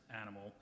animal